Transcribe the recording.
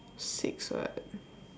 six [what]